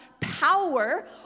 power